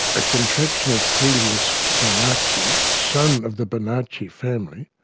a contraction of filius bonacci, son of the bonacci family,